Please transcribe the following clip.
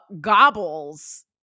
Gobbles